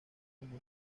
como